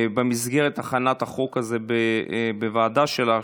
שבמסגרת הכנת החוק הזה בוועדה שלך,